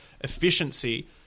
efficiency